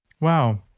Wow